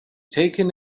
taken